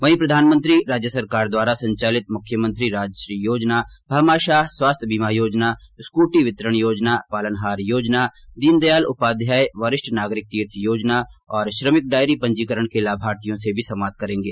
वहीं प्रधानमंत्री राज्य सरकार द्वारा संचालित मुख्यमंत्री राजश्री योजना भामाशाह स्वास्थ्य बीमा योजना स्कूटी वितरण योजना पालनहार योजना दीनदयाल उपाध्याय वरिष्ठ नागरिक तीर्थयात्रा योजना और श्रमिक डायरी पंजीकरण के लाभार्थियों से भी संवाद करेंगे